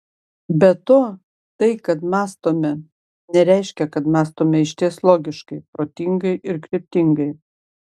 be to tai kad mąstome nereiškia kad mąstome išties logiškai protingai ir kryptingai